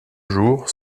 jour